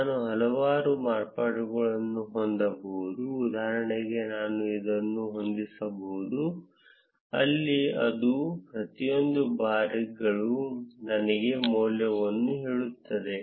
ನಾನು ಹಲವಾರು ಮಾರ್ಪಾಡುಗಳನ್ನು ಹೊಂದಬಹುದು ಉದಾಹರಣೆಗೆ ನಾನು ಇದನ್ನು ಹೊಂದಬಹುದು ಅಲ್ಲಿ ಅದು ಪ್ರತಿಯೊಂದು ಬಾರ್ಗಳು ನನಗೆ ಮೌಲ್ಯವನ್ನು ಹೇಳುತ್ತದೆ